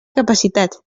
capacitat